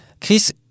Chris